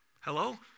Hello